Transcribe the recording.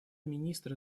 министра